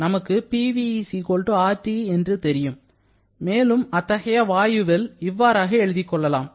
நமக்கு Pv RT என்று தெரியும் மேலும் அத்தகைய வாயுவில் இவ்வாறாக எழுதிக் கொள்ளலாம்